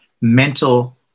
mental